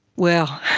well,